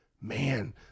man